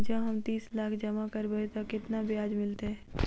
जँ हम तीस लाख जमा करबै तऽ केतना ब्याज मिलतै?